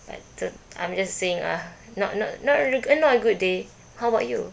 but the I'm just saying ah not not not really good not a good day how about you